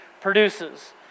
produces